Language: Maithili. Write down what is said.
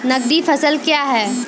नगदी फसल क्या हैं?